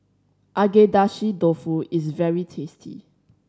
Agedashi Dofu is very tasty